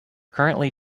currently